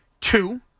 Two